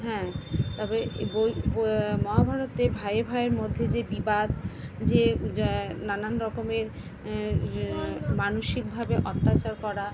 হ্যাঁ তবে এ বই বয়ে মহাভারতে ভাইয়ে ভাইয়ের মধ্যে যে বিবাদ যে য নানান রকমের মানসিকভাবে অত্যাচার করা